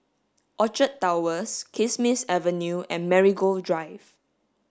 Orchard Towers Kismis Avenue and Marigold Drive